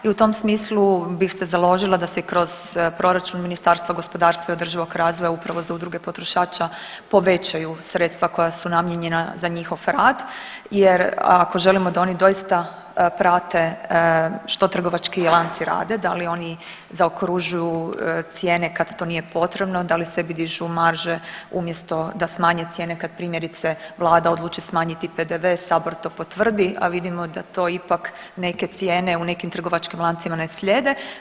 I u tom smislu bih se založila da se kroz proračun Ministarstva gospodarstva i održivog razvoja upravo za udruge potrošača povećaju sredstva koja su namijenjena za njihov rad jer ako želimo da oni doista prate što trgovački lanci rade, da li oni zaokružuju cijene kad to nije potrebno, da li sebi dižu marže umjesto da smanje cijene kad primjerice vlada odluči smanjiti PDV, sabor to potvrdi, a vidimo da to ipak neke cijene u nekim trgovačkim lancima ne slijede.